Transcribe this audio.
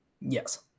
Yes